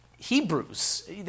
Hebrews